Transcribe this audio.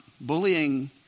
Bullying